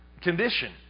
condition